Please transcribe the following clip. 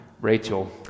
Rachel